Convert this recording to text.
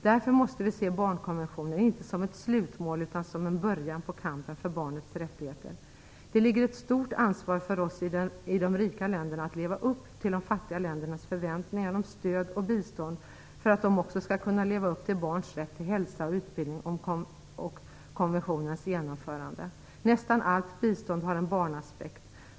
Därför måste vi se barnkonventionen inte som ett slutmål utan som en början på kampen för barnets rättigheter. Det ligger ett stort ansvar för oss i de rika länderna att leva upp till de fattiga ländernas förväntningar om stöd och bistånd för att de också skall kunna leva upp till barns rätt till hälsa och utbildning och konventionens genomförande. Nästan allt bistånd har en barnaspekt.